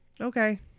Okay